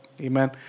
amen